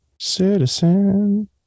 Citizen